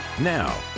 now